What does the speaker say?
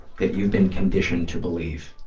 that you've been conditioned to believe.